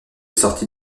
sortie